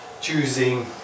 choosing